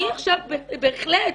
בהחלט.